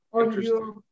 interesting